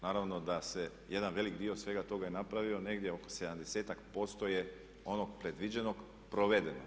Naravno da se jedan veliki dio svega toga i napravio, negdje oko 70-ak posto je onog predviđenog provedeno.